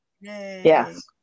Yes